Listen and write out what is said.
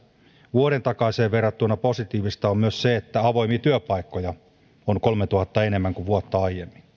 vuoden takaiseen verrattuna positiivista on myös se että avoimia työpaikkoja on kolmentuhannen enemmän kuin vuotta aiemmin